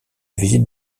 visite